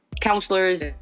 counselors